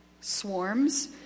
swarms